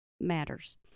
matters